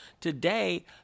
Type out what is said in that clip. Today